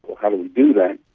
well how do we do that?